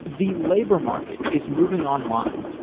the labor market is moving online.